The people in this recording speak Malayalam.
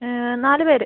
നാല് പേർ